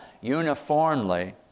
uniformly